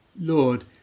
Lord